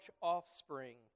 offspring